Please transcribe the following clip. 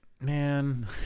Man